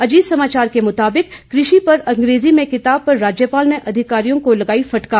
अजीत समाचार के मुताबिक कृषि पर अंग्रेजी में किताब पर राज्यपाल ने अधिकारियों को लगाई फटकार